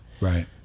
right